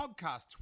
Podcast